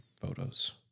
photos